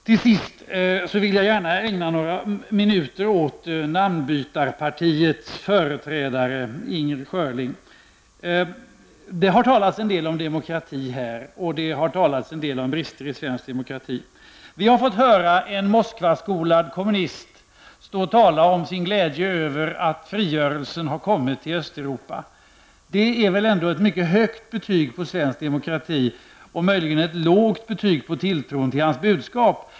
Till sist vill jag ägna en stund åt Inger Schörling. Det har här talats en del om demokrati och brister i svensk demokrati. Vi har också fått höra en Moskvaskolad kommunist stå och tala om sin glädje över att frigörelsen har kommit till Östeuropa. Det är väl ändå ett mycket högt betyg på svensk demokrati och möjligen ett lågt betyg på tilltron till hans budskap.